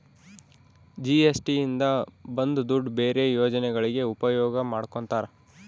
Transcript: GST ಇಂದ ಬಂದ್ ದುಡ್ಡು ಬೇರೆ ಯೋಜನೆಗಳಿಗೆ ಉಪಯೋಗ ಮಾಡ್ಕೋತರ